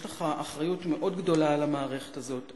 יש לך אחריות מאוד גדולה למערכת הזאת.